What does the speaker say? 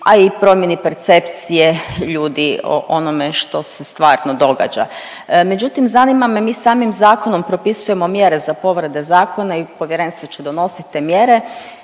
a i promjeni percepcije ljudi o onome što se stvarno događa. Međutim, zanima me, mi samim zakonom propisujemo mjere za povrede zakona i povjerenstvo će donosit te mjere,